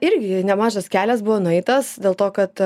irgi nemažas kelias buvo nueitas dėl to kad